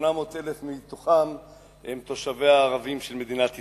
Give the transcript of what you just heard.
ש-800,000 מהם הם תושביה הערבים של מדינת ישראל.